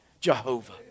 Jehovah